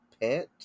pet